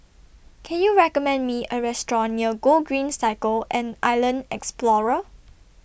Can YOU recommend Me A Restaurant near Gogreen Cycle and Island Explorer